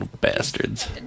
Bastards